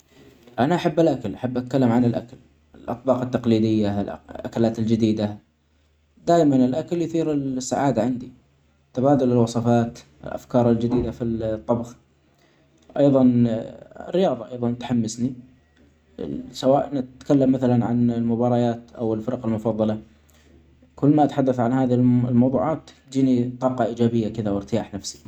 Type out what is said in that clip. انا احب الاكل احب اتكلم عن الاكل الاطباق التقليديه الاكلات الجديده دايما الاكل يثير ال-السعاده عندي. تبادل الوصفات الافكار الجديده في الطبخ, ايضا الرياضه ايضا تحمسني سواء نتكلم مثلا عن مباريات او الفرق المفضله كنا نتحدث عن هذه المو-الموضوعات تديني طاقه ايجابيه كده وارتياح نفسي.